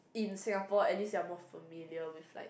in Singapore at least you are more familiar with like